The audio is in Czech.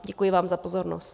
Děkuji vám za pozornost.